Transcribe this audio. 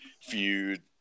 feud